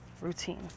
routine